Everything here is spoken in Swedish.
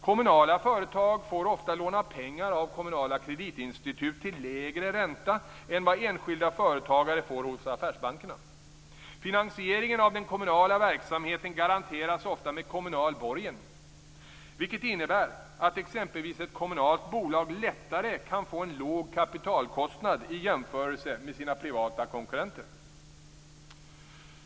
Kommunala företag får ofta låna pengar av kommunala kreditinstitut till lägre ränta än vad enskilda företagare får hos affärsbankerna. Finansieringen av den kommunala verksamheten garanteras ofta med kommunal borgen. Det innebär att exempelvis ett kommunalt bolag lättare kan få en låg kapitalkostnad i jämförelse med sina privata konkurrenter.